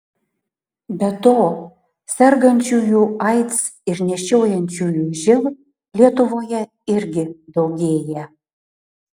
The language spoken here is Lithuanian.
be to sergančiųjų aids ir nešiojančiųjų živ lietuvoje irgi daugėja